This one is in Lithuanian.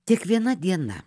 kiekviena diena